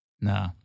No